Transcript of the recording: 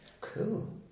Cool